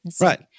Right